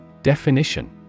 Definition